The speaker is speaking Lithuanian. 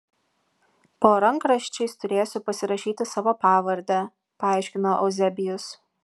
po rankraščiais turėsiu pasirašyti savo pavardę paaiškino euzebijus